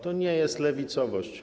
To nie jest lewicowość.